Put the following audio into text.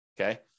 Okay